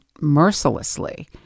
mercilessly